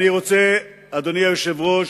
אני רוצה, אדוני היושב-ראש,